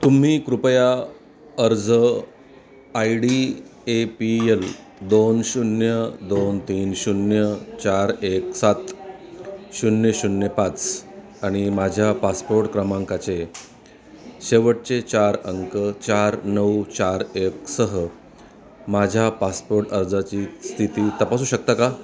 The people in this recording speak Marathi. तुम्ही कृपया अर्ज I D A P L दोन शून्य दोन तीन शून्य चार एक सात शून्य शून्य पाच आणि माझ्या पासपोर्ट क्रमांकाचे शेवटचे चार अंक चार नऊ चार एक सह माझ्या पासपोर्ट अर्जाची स्थिती तपासू शकता का